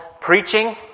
preaching